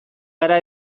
gara